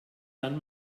san